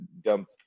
dump